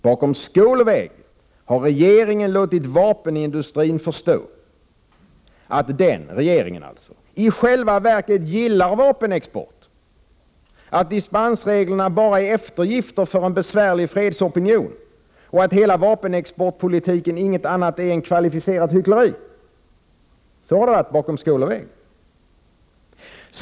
Bakom skål och vägg har regeringen låtit vapenindustrin förstå att regeringen i själva verket gillar vapenexporten, att dispensreglerna bara är eftergifter för en besvärlig fredsopinion och att hela vapenexportpolitiken inget annat är än kvalificerat hyckleri.